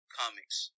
comics